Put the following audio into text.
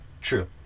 True